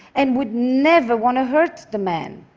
and would never want to hurt the man.